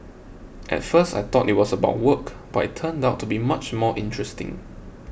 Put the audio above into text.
at first I thought it was about work but it turned out to be much more interesting